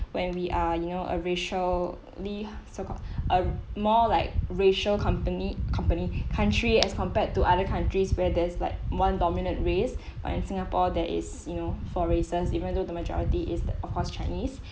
when we are you know a racially so called uh more like racial company company country as compared to other countries where there's like one dominant race but in singapore there is you know four races even though the majority is the of course chinese